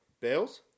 Bales